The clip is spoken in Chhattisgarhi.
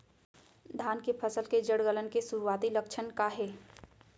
धान के फसल के जड़ गलन के शुरुआती लक्षण का हे?